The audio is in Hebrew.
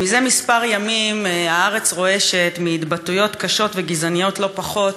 זה כמה ימים הארץ רועשת מהתבטאויות קשות וגזעניות לא פחות